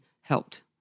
helped